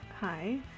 hi